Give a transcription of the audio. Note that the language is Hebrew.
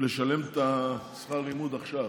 לשלם את שכר הלימוד עכשיו.